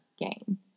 gain